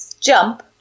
jump